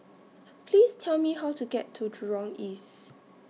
Please Tell Me How to get to Jurong East